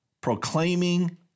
proclaiming